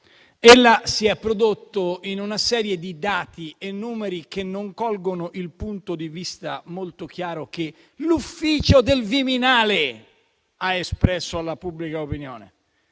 Ella si è prodotto in una serie di dati e numeri che non colgono il punto di vista molto chiaro che l'ufficio del Viminale ha espresso alla pubblica opinione.